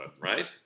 right